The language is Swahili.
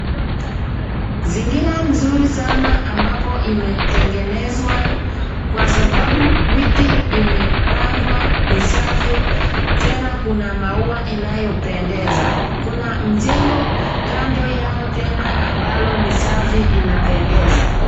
zingira nzuri sana ambapo imetengenezwa kwa sababu miti imepandwa ni safi tena kuna maua inayopendeza, kuna mjengo kando yao tena ambalo ni safi inapendeza.